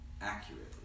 accurately